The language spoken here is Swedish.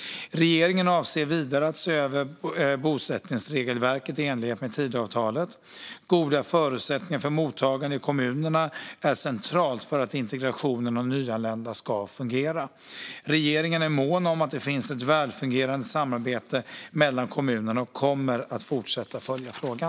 Regeringen avser vidare att se över bosättningsregelverket i enlighet med Tidöavtalet. Goda förutsättningar för mottagande i kommunerna är centralt för att integrationen av nyanlända ska fungera. Regeringen är mån om att det finns ett välfungerande samarbete mellan kommunerna och kommer att fortsätta följa frågan.